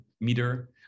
meter